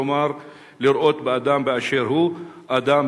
כלומר לראות באדם באשר הוא אדם,